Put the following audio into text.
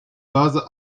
vase